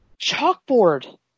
chalkboard